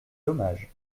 dommage